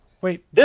Wait